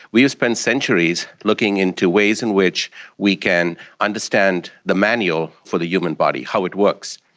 we have spent centuries looking into ways in which we can understand the manual for the human body, how it works.